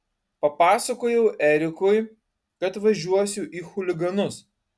papasakojau erikui kad važiuosiu į chuliganus